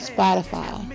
Spotify